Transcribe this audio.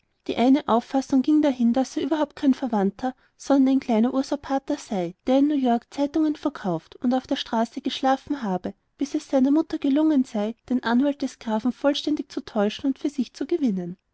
die eine auffassung ging dahin daß er überhaupt kein verwandter sondern ein kleiner usurpator sei der in new york zeitungen verkauft und auf der straße geschlafen habe bis es seiner mutter gelungen sei den anwalt des grafen vollständig zu täuschen und für sich zu gewinnen